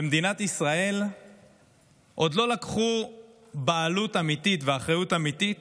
במדינת ישראל עוד לא לקחו בעלות ואחריות אמיתית